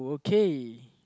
K